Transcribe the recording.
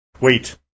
Wait